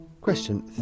Question